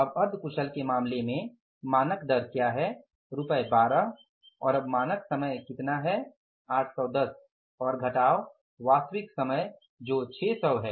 अब अर्ध कुशल के मामले में मानक दर क्या है रुपए 12 और अब मानक समय कितना है 810 और घटाव वास्तविक समय जो 600 है